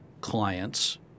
clients